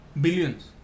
Billions